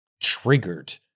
triggered